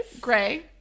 gray